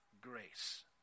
grace